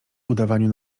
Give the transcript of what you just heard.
udawaniu